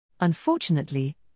Unfortunately